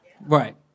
Right